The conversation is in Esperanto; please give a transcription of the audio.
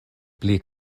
pli